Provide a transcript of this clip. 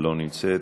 לא נמצאת,